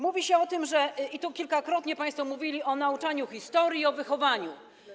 Mówi się o tym, tu kilkakrotnie państwo mówili o nauczaniu historii i o wychowaniu.